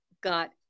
got